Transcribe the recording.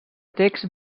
texts